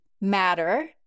matter